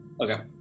Okay